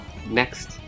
Next